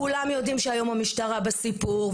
כולם יודעים היום שהמשטרה בסיפור,